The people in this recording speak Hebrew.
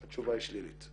התשובה היא שלילית.